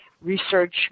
research